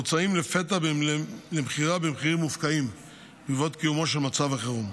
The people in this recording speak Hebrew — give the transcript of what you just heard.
מוצעים לפתע למכירה במחירים מופקעים בעקבות קיומו של מצב החירום.